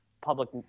public